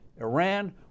Iran